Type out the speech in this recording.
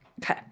Okay